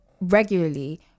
regularly